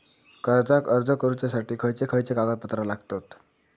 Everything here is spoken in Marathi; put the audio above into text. कर्जाक अर्ज करुच्यासाठी खयचे खयचे कागदपत्र लागतत